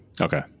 Okay